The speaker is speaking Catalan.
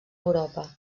europa